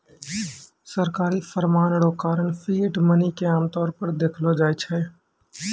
सरकारी फरमान रो कारण फिएट मनी के आमतौर पर देखलो जाय छै